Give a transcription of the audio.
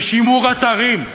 ושימור אתרים,